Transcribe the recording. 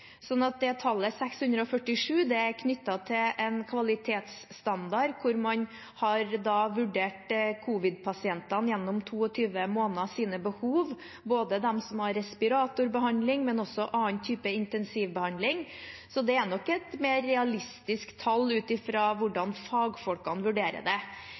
Tallet 647 er knyttet til en kvalitetsstandard hvor man har vurdert covid-19-pasientenes behov gjennom 22 måneder, både dem som får respiratorbehandling, og også dem som får en annen type intensivbehandling. Så det er nok et mer realistisk tall ut fra hvordan fagfolkene vurderer det.